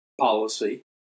policy